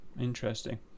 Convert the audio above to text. Interesting